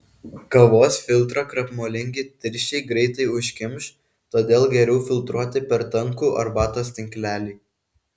kavos filtrą krakmolingi tirščiai greitai užkimš todėl geriau filtruoti per tankų arbatos tinklelį